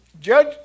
Judge